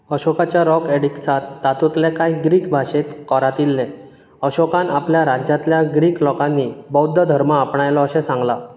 अशोकाच्या रॉक एडिक्ट्सांत तातूंतले कांय ग्रीक भाशेंत कोरांतिल्ले अशोकान आपल्या राज्यांतल्या ग्रीक लोकांनी बौध्द धर्म आपणायलो अशें सांगलां